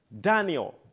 Daniel